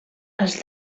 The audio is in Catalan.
els